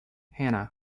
hannah